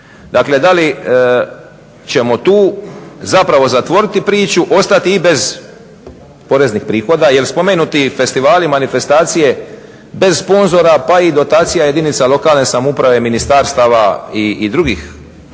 Dakle, da li ćemo tu zapravo zatvoriti priču, ostati i bez poreznih prihoda, jer spomenuti festivali, manifestacije bez sponzora, pa i dotacija jedinica lokalne samouprave, ministarstava i drugih